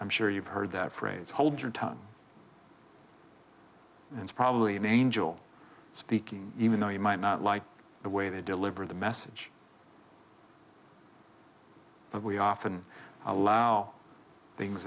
i'm sure you've heard that phrase hold your tongue and probably an angel speaking even though you might not like the way they deliver the message but we often allow things